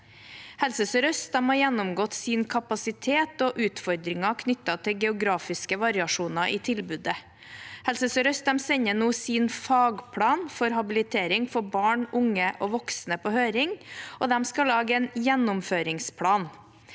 Helse Sør-Øst har gjennomgått sin kapasitet og utfordringer knyttet til geografiske variasjoner i tilbudet. Helse Sør-Øst sender nå sin fagplan for habilitering for barn, unge og voksne på høring, og de skal lage en gjennomføringsplan.